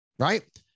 right